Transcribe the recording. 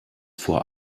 vor